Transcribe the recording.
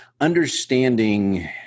understanding